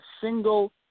single